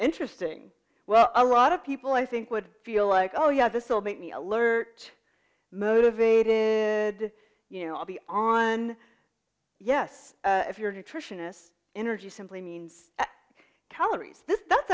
interesting well a lot of people i think would feel like oh yeah this will make me alert motivated you know i'll be on yes if you're a nutritionist energy simply means calories th